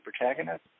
protagonist